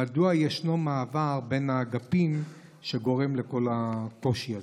2. מדוע ישנו מעבר בין האגפים שגורם לכל הקושי הזה?